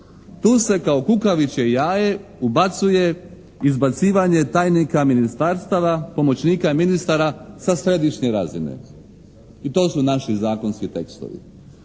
Tu se kao kukavičje jaje ubacuje izbacivanje tajnika ministarstava, pomoćnika ministara sa središnje razine i to su naši zakonski tekstovi.